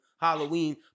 Halloween